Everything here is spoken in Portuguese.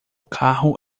carro